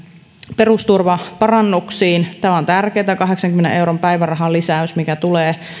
perusturvaparannuksiin tämä kahdeksankymmenen euron päivärahan lisäys mikä tulee